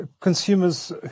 consumers